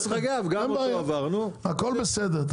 הכול בסדר.